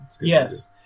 Yes